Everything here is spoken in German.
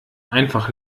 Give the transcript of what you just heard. einfach